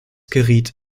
geriet